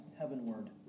Heavenward